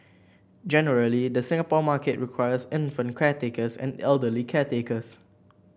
generally the Singapore market requires infant caretakers and elderly caretakers